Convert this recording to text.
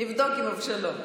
נבדוק עם אבשלום.